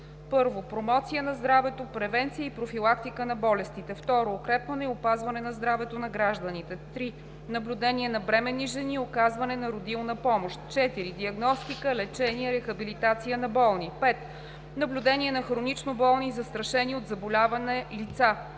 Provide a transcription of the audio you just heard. с: 1. промоция на здравето, превенция и профилактика на болестите; 2. укрепване и опазване здравето на гражданите; 3. наблюдение на бременни жени и оказване на родилна помощ; 4. диагностика, лечение и рехабилитация на болни; 5. наблюдение на хронично болни и застрашени от заболяване лица;